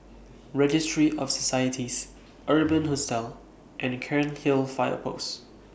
Registry of Societies Urban Hostel and Cairnhill Fire Post